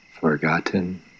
forgotten